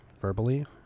verbally